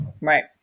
Right